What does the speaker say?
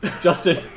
Justin